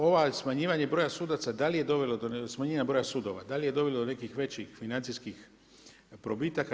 Ovo smanjivanje sudaca da li je dovelo do smanjenja broja sudova, da li je dovelo do nekih većih financijskih probitaka.